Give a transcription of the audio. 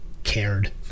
Cared